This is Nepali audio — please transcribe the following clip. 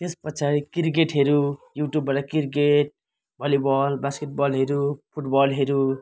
त्यस पछाडि क्रिकेटहरू युट्युबबाट क्रिकेट भलिबल बास्केटबलहरू फुटबलहरू